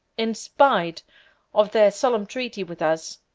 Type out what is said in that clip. in spite of their solemn treaty with us,